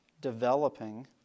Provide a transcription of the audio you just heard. developing